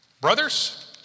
Brothers